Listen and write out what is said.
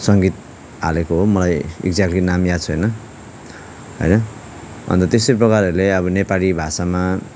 सङ्गीत हालेको हो मलाई एक्ज्याक्टली नाम याद छैन होइन अन्त त्यस्तै प्रकारहरूले अब नेपाली भाषामा